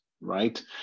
right